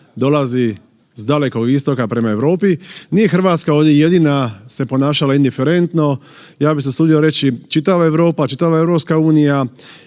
dolazi s dalekog istoka prema Europi? Nije RH ovdje jedina se ponašala indiferentno, ja bi se usudio reći čitava Europa, čitava EU je